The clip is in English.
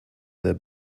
their